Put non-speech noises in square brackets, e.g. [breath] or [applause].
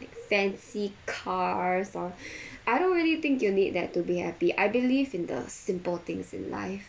like fancy cars or [breath] I don't really think you need that to be happy I believe in the simple things in life